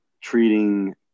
treating